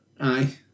aye